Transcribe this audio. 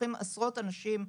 כשלוקחים עשרות אנשים,